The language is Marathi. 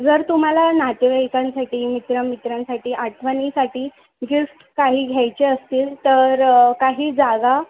जर तुम्हाला नातेवाइकांसाठी मित्रामित्रांसाठी आठवणीसाठी गिफ्ट काही घ्यायचे असतील तर काही जागा